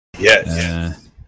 Yes